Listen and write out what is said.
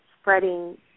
spreading